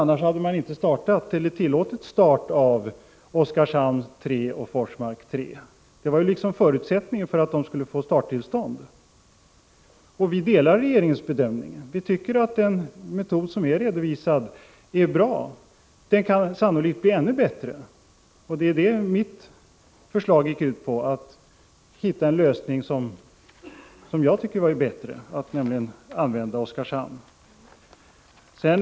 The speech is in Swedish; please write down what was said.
Annars hade man inte tillåtit start av Oskarshamn 3 och Forsmark 3. Det var förutsättningen för att de skulle få starttillstånd. Vi delar regeringens bedömning. Den metod som är redovisad är bra. Men den kan sannolikt bli ännu bättre. Mitt förslag gick ut på en bättre lösning, nämligen att man skall använda Oskarshamn som slutförvaringsplats.